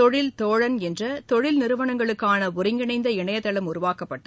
தொழில் தோழன் என்றதொழில் நிறுவனங்களுக்கானஒருங்கிணைந்த இணையதளம் உருவாக்கப்பட்டு